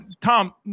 Tom